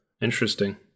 interesting